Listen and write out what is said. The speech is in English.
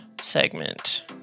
segment